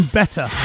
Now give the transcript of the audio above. better